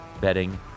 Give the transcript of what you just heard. Betting